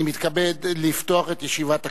אני מתכבד לפתוח את ישיבת הכנסת.